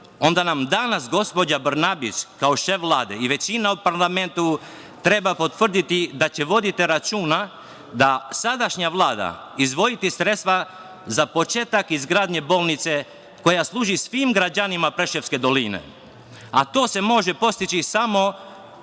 onda nam danas gospođa Brnabić kao šef Vlade i većina u parlamentu treba da potvrde da će voditi računa da sadašnja Vlada će izdvojiti sredstva za početak izgradnje bolnice koja služi svim građanima Preševske doline, a to se može postići samo